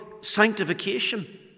sanctification